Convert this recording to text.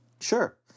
Sure